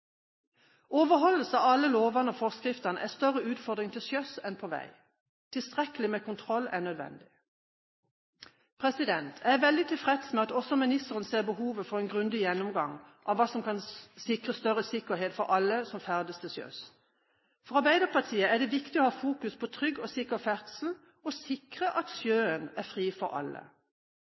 Overholdelse av alle lovene og forskriftene er en større utfordring til sjøs enn på vei. Tilstrekkelig med kontroller er nødvendig. Jeg er veldig tilfreds med at også ministeren ser behovet for en grundig gjennomgang av hva som kan gi større sikkerhet for alle som ferdes til sjøs. For Arbeiderpartiet er det viktig å ha fokus på trygg og sikker ferdsel og sikre at «sjøen er fri for alle».